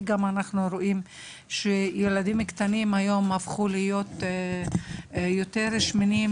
אנחנו רואים שילדים הפכו להיות היום יותר שמנים,